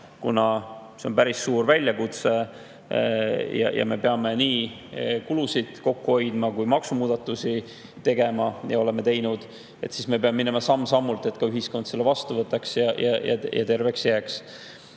See on päris suur väljakutse, me peame nii kulusid kokku hoidma kui ka maksumuudatusi tegema ja oleme neid juba teinud. Me peame minema samm-sammult, et ühiskond selle vastu võtaks ja terveks jääks.2024.